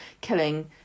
killing